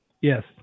Yes